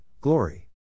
Glory